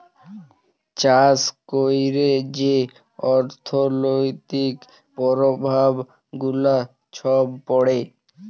চাষ ক্যইরে যে অথ্থলৈতিক পরভাব গুলা ছব পড়ে